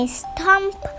stomp